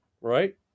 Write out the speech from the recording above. right